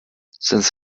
sonst